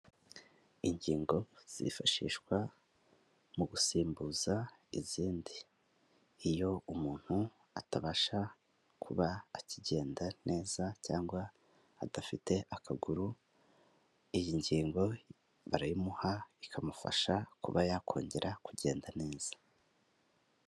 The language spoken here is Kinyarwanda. Ingingo zifashishwa mu gusimbuza izindi, iyo umuntu atabasha kuba akigenda neza cyangwa adafite akaguru iyi ngingo barayimuha bakamufasha kuba yakongera kugenda neza.